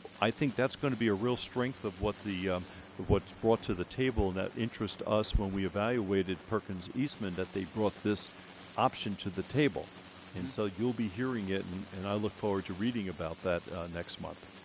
i think that's going to be a real strength of what the but what's brought to the table that interests us when we evaluated perkins eastman that they brought this option to the table and so you'll be hearing it and and i look forward to reading about that next month.